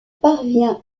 parvient